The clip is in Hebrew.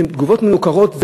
שהן תגובות מנוכרות,